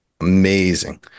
Amazing